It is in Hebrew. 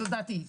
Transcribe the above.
זו דעתי.